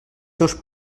seus